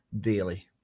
daily